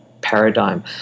paradigm